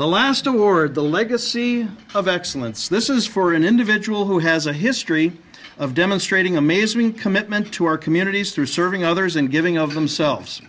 the last award the legacy of excellence this is for an individual who has a history of demonstrating amazing commitment to our communities through serving others and giving of themselves